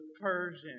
Persian